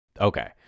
Okay